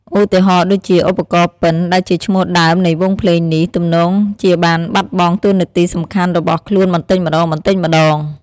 ឧទាហរណ៍ដូចជា ឧបករណ៍ពិណ ដែលជាឈ្មោះដើមនៃវង់ភ្លេងនេះ ទំនងជាបានបាត់បង់តួនាទីសំខាន់របស់ខ្លួនបន្តិចម្ដងៗ។